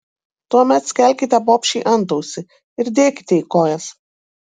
tuomet skelkite bobšei antausį ir dėkite į kojas